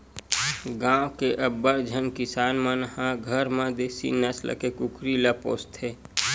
गाँव के अब्बड़ झन किसान मन ह घर म देसी नसल के कुकरी ल पोसथे